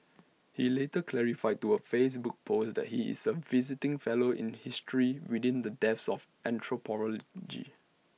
he later clarified to A Facebook post that he is A visiting fellow in history within the depth of anthropology